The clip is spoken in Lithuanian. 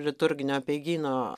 liturginio apeigyno